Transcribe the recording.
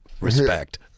Respect